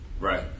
Right